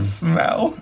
smell